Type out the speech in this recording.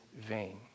vain